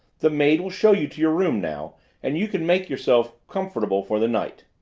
the maid will show you to your room now and you can make yourself comfortable for the night.